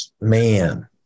man